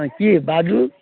हाँ की बाजू